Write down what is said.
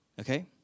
Okay